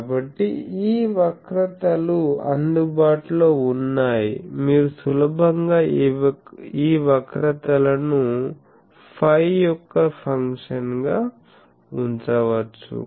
కాబట్టి ఈ వక్రతలు అందుబాటులో ఉన్నాయి మీరు సులభంగా ఈ వక్రతలను φ యొక్క ఫంక్షన్ గా ఉంచవచ్చు